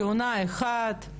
כהונה אחת,